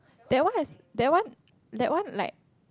that one has that one that one like